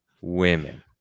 women